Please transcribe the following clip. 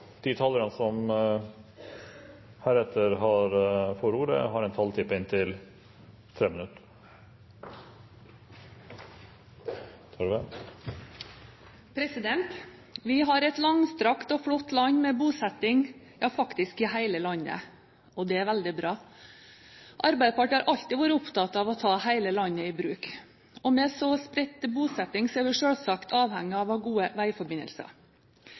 De talere som heretter får ordet, har en taletid på inntil 3 minutter. Vi har et langstrakt og flott land med bosetting i hele landet. Det er veldig bra. Arbeiderpartiet har alltid vært opptatt av å ta hele landet i bruk. Med så spredt bosetting er vi selvsagt avhengige av å ha gode veiforbindelser.